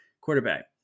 quarterback